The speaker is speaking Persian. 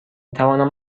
توانم